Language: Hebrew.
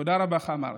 תודה רבה לך, מרק.